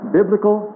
biblical